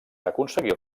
aconseguir